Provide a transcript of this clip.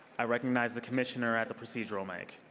i recognize the commissioner at the procedural mic.